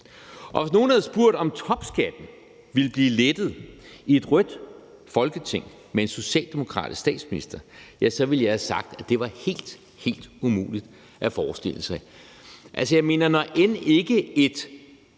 Og hvis nogen havde spurgt, om topskatten ville blive lettet i et rødt Folketing med en socialdemokratisk statsminister, så ville jeg have sagt, at det var helt, helt umuligt at forestille sig. Når end ikke et